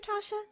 Tasha